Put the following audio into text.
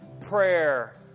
prayer